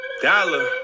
dollar